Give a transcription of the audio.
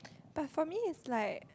but for me is like